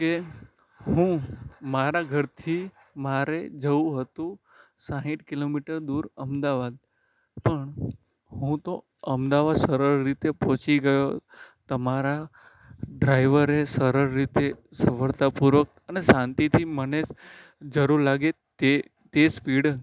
કે હું મારા ઘરથી મારે જવું હતું સાઠ કિલોમીટર દૂર અમદાવાદ પણ હું તો અમદાવાદ સરળ રીતે પહોંચી ગયો તમારા ડ્રાઇવરે સરળ રીતે સફળતાપૂર્વક અને શાંતિથી મને જ જરૂર લાગે તે તે સ્પીડ